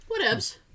whatevs